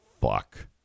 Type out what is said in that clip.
Fuck